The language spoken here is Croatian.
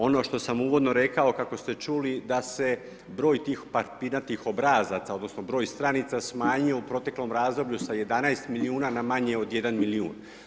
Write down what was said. Ono što sam uvodno rekao, kako ste čuli, da se broj tih papirnatih obrazaca, odnosno broj stranica smanjio u proteklom razdoblju sa 11 milijuna na manje od 1 milijun.